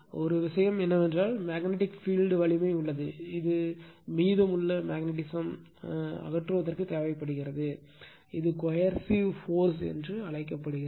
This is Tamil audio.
ஒரு விஷயம் என்னவென்றால் மேக்னெட்டிக் பீல்ட் வலிமை உள்ளது இது மீதமுள்ள மேக்னடிஸம் அகற்றுவதற்கு தேவைப்படுகிறது இது கோயர்சிவ் போர்ஸ் என்று அழைக்கப்படுகிறது